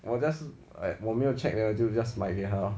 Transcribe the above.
我 just like 我没有 check then just 就买给他 lor